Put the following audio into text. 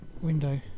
window